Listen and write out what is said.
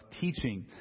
teaching